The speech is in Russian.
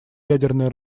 ядерное